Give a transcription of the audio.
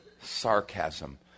sarcasm